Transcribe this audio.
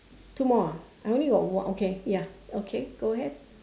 two more ah I only got one okay ya okay go ahead